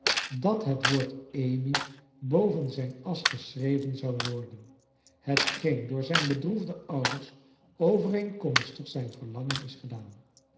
dat het woord amy bo ven zijn asch geschreven zou worden hetgeen door zijne bedroefde ouders overeenkomstig zijn verlangen is gedaan